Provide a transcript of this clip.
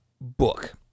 book